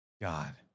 God